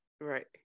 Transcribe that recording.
Right